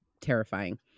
Terrifying